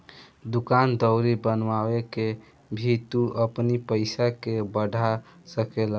दूकान दौरी बनवा के भी तू अपनी पईसा के बढ़ा सकेला